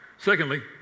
Secondly